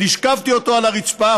השכבתי אותו על הרצפה,